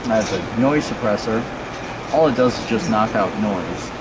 noise suppressor all it does is just knock out noise